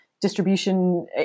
distribution